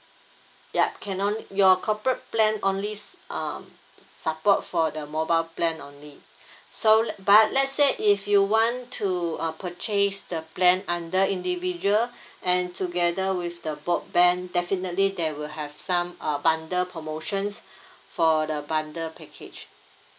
yup can on~ your corporate plan only um support for the mobile plan only so let but let's say if you want to uh purchase the plan under individual and together with the broadband then definitely there will have some uh bundle promotions for the bundle package